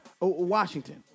Washington